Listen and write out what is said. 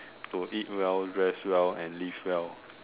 to eat well rest well and live well